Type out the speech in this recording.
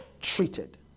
treated